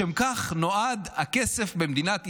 לשם כך נועד הכסף במדינת ישראל.